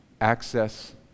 access